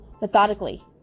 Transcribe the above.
methodically